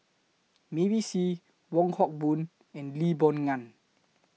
Mavis Hee Wong Hock Boon and Lee Boon Ngan